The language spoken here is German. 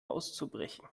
auszubrechen